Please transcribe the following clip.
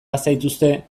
bazaituzte